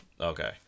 Okay